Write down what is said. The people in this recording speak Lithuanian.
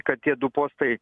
kad tie du postai